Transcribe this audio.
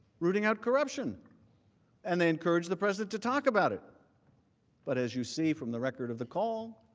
rooting out corruption and they encouraged the president to talk about it but as you see from the record of the call